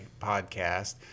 podcast